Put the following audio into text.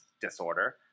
disorder